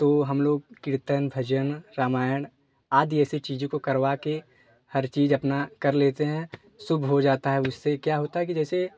तो हम लोग कीर्तन भजन रामायण आदि ऐसी चीज़ों को करवा के हर चीज अपना कर लेते हैं शुभ हो जाता है उससे क्या होता है कि जैसे